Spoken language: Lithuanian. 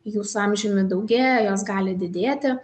jų su amžiumi daugėja jos gali didėti